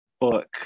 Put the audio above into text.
book